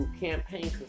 Campaign